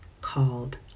called